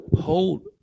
hold